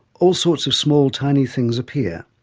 all sorts of small tiny things appear.